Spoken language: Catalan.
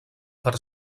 per